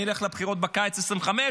נלך לבחירות בקיץ 2025,